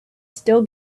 still